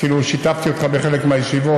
אפילו שיתפתי אותך בחלק מהישיבות,